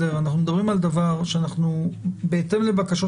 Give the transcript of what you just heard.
אנחנו מדברים על דבר שבהתאם לבקשות